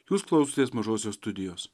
jūs klausotės mažosios studijos